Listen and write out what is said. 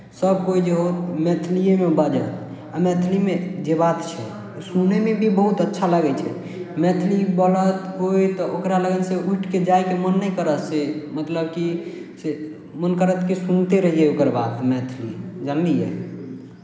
सभ कोइ जेहो मैथलिएमे बाजत आ मैथिलीमे जे बात छै सुनयमे भी अच्छा लागै छै मैथिली बोलत कोइ तऽ ओकरा लगिनसँ उठि कऽ जायके मोन नहि करत से मतलब कि से मोन करत कि सुनिते रहियै ओकर बात मैथिली जानलियै